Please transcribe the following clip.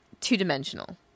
two-dimensional